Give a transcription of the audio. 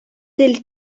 тел